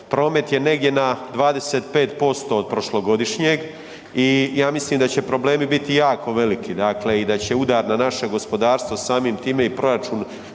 promet je negdje na 25% od prošlogodišnjeg i ja mislim da će problemi biti jako veliki. Dakle, i da će udar na naše gospodarstvo, samim time i proračun